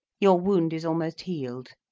your wound is almost healed.